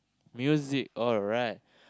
music alright